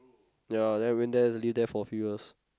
ya then I went there live there for a few years